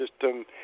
system